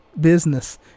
business